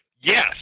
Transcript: yes